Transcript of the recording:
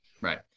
Right